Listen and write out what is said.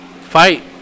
fight